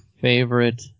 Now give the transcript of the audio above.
favorite